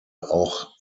auch